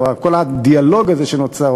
או כל הדיאלוג הזה שנוצר,